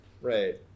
right